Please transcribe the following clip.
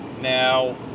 Now